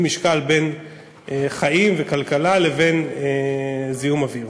משקל כלשהו בין חיים וכלכלה לבין זיהום אוויר.